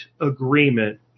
agreement